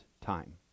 time